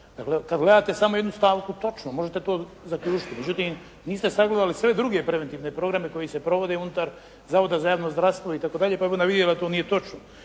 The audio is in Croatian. kad gledate samo jednu stavku točno, možete to zaključiti. Međutim, niste sagledali sve druge preventivne programe koji se provode unutar Zavoda za javno zdravstvo itd. pa bi onda vidjeli da to nije točno.